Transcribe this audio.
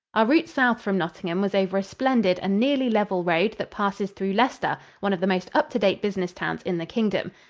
our route south from nottingham was over a splendid and nearly level road that passes through leicester, one of the most up-to-date business towns in the kingdom.